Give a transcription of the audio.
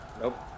Nope